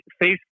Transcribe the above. face